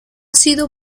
sido